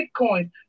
Bitcoin